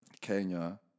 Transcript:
kenya